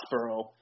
Foxborough